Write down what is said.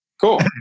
Cool